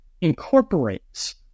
incorporates